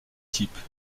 types